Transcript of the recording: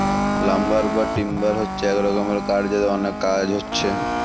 lumber বা timber হচ্ছে এক রকমের কাঠ যাতে অনেক কাজ হচ্ছে